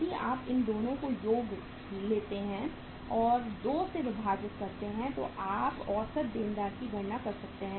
यदि आप इन 2 का योग लेते हैं और 2 से विभाजित करते हैं तो आप औसत देनदार की गणना कर सकते हैं